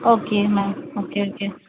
okay ma'am okay okay